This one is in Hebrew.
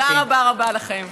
ותודה רבה רבה לכם.